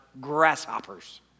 grasshoppers